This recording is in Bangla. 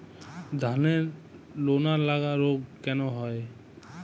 ধানের লোনা লাগা রোগ কেন হয়?